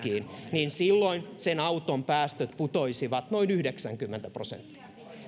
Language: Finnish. niin silloin sen auton päästöt putoaisivat noin yhdeksänkymmentä prosenttia